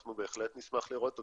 אנחנו בהחלט נשמח לראות אותם.